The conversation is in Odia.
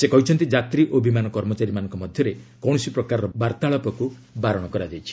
ସେ କହିଛନ୍ତି ଯାତ୍ରୀ ଓ ବିମାନ କର୍ମଚାରୀମାନଙ୍କ ମଧ୍ୟରେ କୌଣସି ପ୍ରକାର ବାର୍ତ୍ତାଳାପକୁ ବାରଣ କରାଯାଇଛି